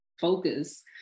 focus